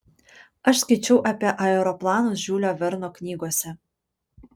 aš skaičiau apie aeroplanus žiulio verno knygose